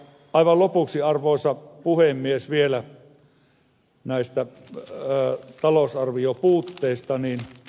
aivan lopuksi arvoisa puhemies vielä näistä talousarvion puutteista